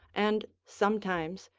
and sometimes,